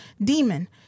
demon